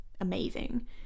amazing